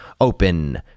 open